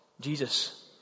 Jesus